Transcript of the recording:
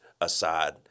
aside